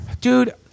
Dude